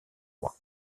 roi